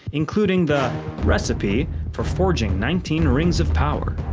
including the recipe for forging nineteen rings of power.